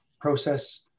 process